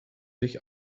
sich